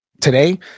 Today